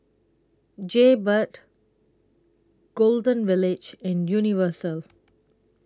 Jaybird Golden Village and Universal